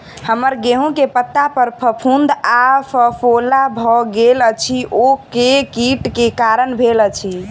हम्मर गेंहूँ केँ पत्ता पर फफूंद आ फफोला भऽ गेल अछि, ओ केँ कीट केँ कारण भेल अछि?